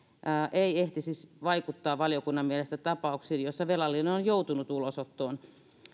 ei ehtisi vaikuttaa valiokunnan mielestä tapauksiin joissa velallinen on joutunut ulosottoon